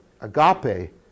agape